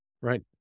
Right